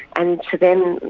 and for them,